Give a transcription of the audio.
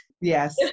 yes